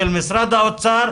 של משרד האוצר,